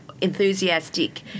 enthusiastic